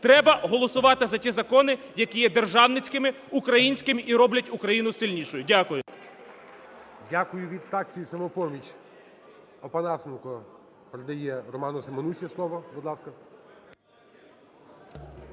Треба голосувати за ті закони, які є державницькими, українськими і роблять Україну сильнішою. Дякую. ГОЛОВУЮЧИЙ. Дякую. Від фракції "Самопоміч" Опанасенко передає Роману Семенусі слово. Будь ласка.